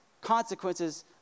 consequences